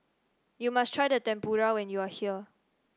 you must try Tempura when you are here